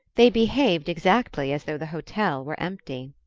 they behaved exactly as though the hotel were empty.